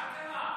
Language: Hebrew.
מה קרה?